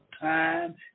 time